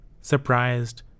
surprised